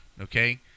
Okay